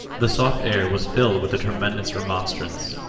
the soft air was filled with the tremendous remonstrance.